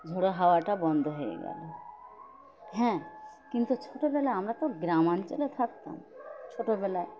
ঝোড়ো হাওয়াটা বন্ধ হয়ে গেল হ্যাঁ কিন্তু ছোটবেলায় আমরা তো গ্রামাঞ্চলে থাকতাম ছোটবেলায়